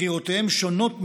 בחירותיהם שונות משלנו,